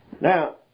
Now